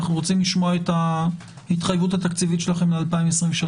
אנו רוצים לשמוע את ההתחייבות התקציבית שלכם ל-2023.